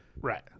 Right